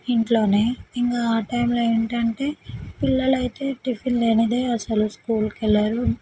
ఇంట్లోనే ఇంకా ఆ టైంలో ఏంటంటే పిల్లలు అయితే టిఫిన్ లేనిదే అసలు స్కూల్కి వెళ్ళరు